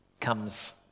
comes